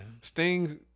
Sting's